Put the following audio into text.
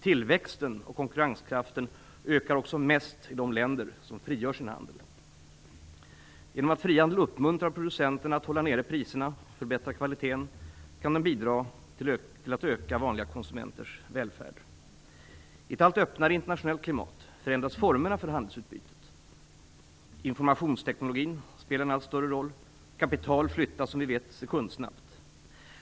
Tillväxten och konkurrenskraften ökar också mest i de länder som frigör sin handel. Genom att frihandel uppmuntrar producenterna att hålla ned priserna och förbättra kvaliteten kan den bidra till att öka vanliga konsumenters välfärd. I ett allt öppnare internationellt klimat förändras formerna för handelsutbytet. Informationstekniken spelar en allt större roll. Kapital flyttas sekundsnabbt, som ni vet.